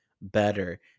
better